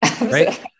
Right